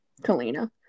Kalina